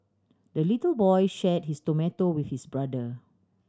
the little boy shared his tomato with his brother